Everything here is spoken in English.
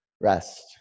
Rest